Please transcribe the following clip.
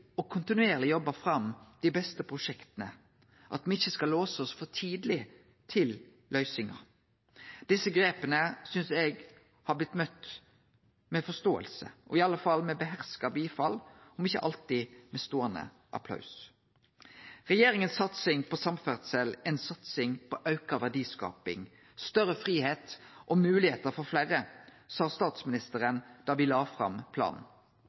kontinuerleg å jobbe fram dei beste prosjekta – at me ikkje skal låse oss for tidleg til løysingar. Desse grepa synest eg har vorte møtte med forståing, og iallfall med beherska anerkjenning, om ikkje alltid med ståande applaus. Satsinga frå regjeringa på samferdsel er ei satsing på auka verdiskaping, større fridom og moglegheiter for fleire, sa statsministeren da me la fram planen.